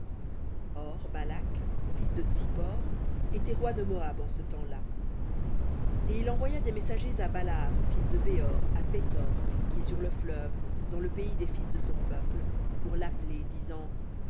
or balak fils de tsippor était roi de moab en ce temps-là et il envoya des messagers à balaam fils de béor à pethor qui est sur le fleuve dans le pays des fils de son peuple pour l'appeler